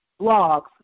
blogs